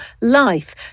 life